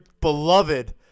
beloved